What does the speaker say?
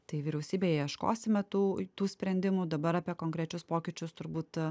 tai vyriausybėje ieškosime tų tų sprendimų dabar apie konkrečius pokyčius turbūt